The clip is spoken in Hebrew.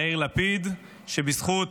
אני מודה גם לראש הממשלה יאיר לפיד, שבזכות